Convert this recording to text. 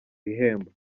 bihembo